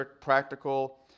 practical